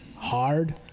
Hard